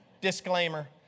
Disclaimer